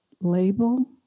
label